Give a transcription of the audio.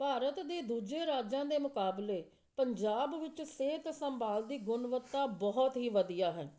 ਭਾਰਤ ਦੇ ਦੂਜੇ ਰਾਜਾਂ ਦੇ ਮੁਕਾਬਲੇ ਪੰਜਾਬ ਵਿੱਚ ਸਿਹਤ ਸੰਭਾਲ ਦੀ ਗੁਣਵੱਤਾ ਬਹੁਤ ਹੀ ਵਧੀਆ ਹੈ